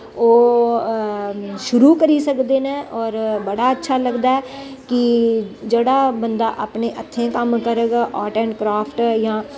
ओह् शुरू करी सकदे न होर बड़ा अच्छा लगदा ऐ कि जेह्ड़ा बंदा अपने हत्थें कम्म करग आर्ट एंड क्राफ्ट जां